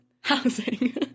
Housing